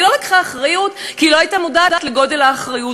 היא לא לקחה אחריות כי היא לא הייתה מודעת לגודל האחריות,